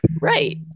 Right